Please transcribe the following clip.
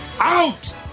Out